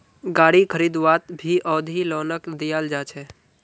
गारी खरीदवात भी अवधि लोनक दियाल जा छे